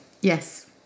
Yes